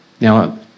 Now